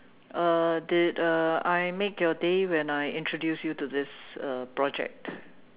uh did uh I make your day when I introduce you to this uh project